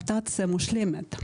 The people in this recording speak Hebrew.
מושלמת,